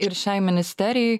ir šiai ministerijai